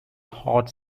haut